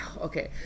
okay